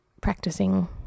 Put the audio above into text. practicing